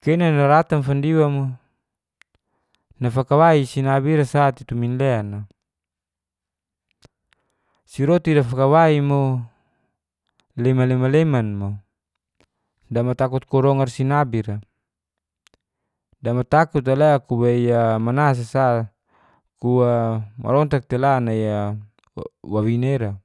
kena a naratan fandiwa mo nafakai sinabi ira sa te tu minlean a, siroti dafakawai mo lema leman leman mo damatakut kurongar sinabi ra damatakut ale kuwei a mana sa sa ku a marontak tela nai a wawina ira